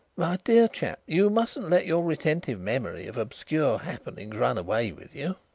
my dear chap, you mustn't let your retentive memory of obscure happenings run away with you,